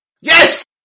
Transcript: Yes